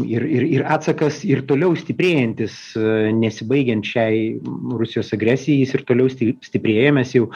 ir ir ir atsakas ir toliau stiprėjantis nesibaigiant šiai rusijos agresijai jis ir toliau stiprėja mes jau